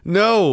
no